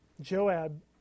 Joab